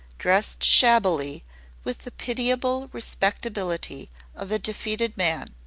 dressed shabbily with the pitiable respectability of a defeated man.